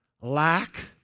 lack